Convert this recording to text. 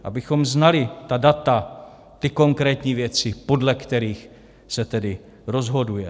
Abychom znali ta data, ty konkrétní věci, podle kterých se tedy rozhoduje.